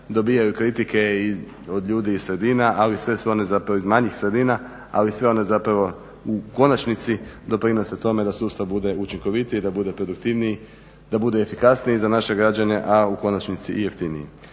dobijaju kritike od ljudi i sredina, ali sve su one zapravo iz manjih sredina ali sve one zapravo u konačnici doprinose tome da sustav bude učinkovitiji i da bude produktivniji, da bude efikasniji za naše građane, a u konačnici i jeftiniji.